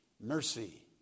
mercy